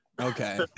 Okay